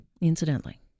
incidentally